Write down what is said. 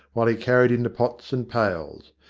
while he carried in the pots and pails.